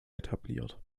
etabliert